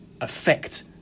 affect